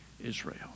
Israel